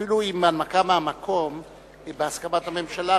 אפילו אם הנמקה מהמקום היא בהסכמת הממשלה,